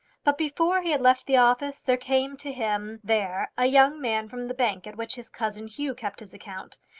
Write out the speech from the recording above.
but before he had left the office there came to him there a young man from the bank at which his cousin hugh kept his account,